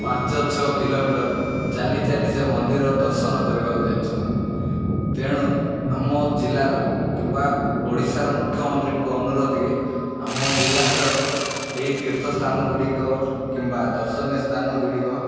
ପାଞ୍ଚ ଛଅ କିଲୋମିଟର୍ ଚାଲି ଚାଲିଶ ମନ୍ଦିର ଦର୍ଶନ କରିବାକୁ ଯାଉଛନ୍ତି ତେଣୁ ଆମ ଜିଲ୍ଲାର କିମ୍ବା ଓଡ଼ିଶାର ମୁଖ୍ୟମନ୍ତ୍ରୀଙ୍କୁ ଅନୁରୋଧ କି ଆମ ଜିଲ୍ଲାର ଏହି ତୀର୍ଥସ୍ଥାନଗୁଡ଼ିକ କିମ୍ବା ଦର୍ଶନୀୟ ସ୍ଥାନଗୁଡ଼ିକ